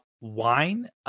wine